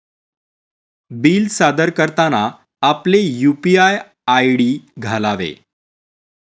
bill सादर करताना आपले यू.पी.आय आय.डी घालावे